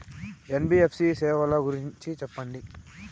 NBFC సేవల గురించి సెప్పండి?